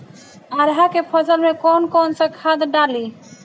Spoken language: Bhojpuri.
अरहा के फसल में कौन कौनसा खाद डाली?